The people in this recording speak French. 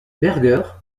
berger